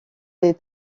des